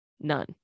none